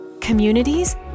communities